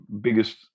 biggest